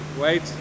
wait